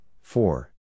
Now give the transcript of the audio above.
four